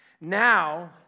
Now